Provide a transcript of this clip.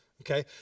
Okay